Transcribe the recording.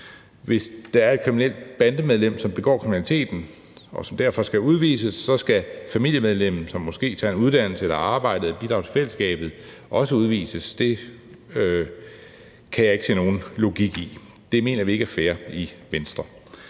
Hvis der er et kriminelt bandemedlem, som begår kriminalitet, og som derfor skal udvises, skal familiemedlemmet, som måske tager en uddannelse eller arbejder og bidrager til fællesskabet, også udvises – det kan jeg ikke se nogen logik i. Det mener vi ikke er fair i Venstre.